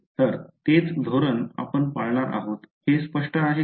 तर तेच धोरण आपण पाळणार आहोत हे स्पष्ट आहे का